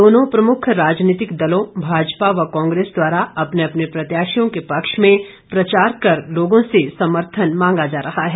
दोनों प्रमुख राजनीतिक दलों भाजपा व कांग्रेस द्वारा अपने अपने प्रत्याशियों के पक्ष में प्रचार कर लोगों से समर्थन मांगा जा रहा है